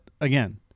again